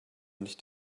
nicht